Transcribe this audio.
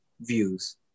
views